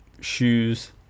shoes